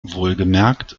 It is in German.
wohlgemerkt